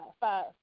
five